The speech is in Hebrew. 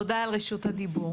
תודה על רשות הדיבור.